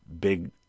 big